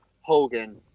Hogan